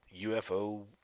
UFO